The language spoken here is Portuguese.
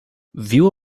viu